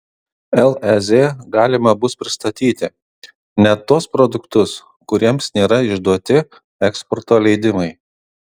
lez galima bus pristatyti net tuos produktus kuriems nėra išduoti eksporto leidimai